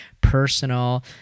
personal